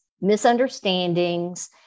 misunderstandings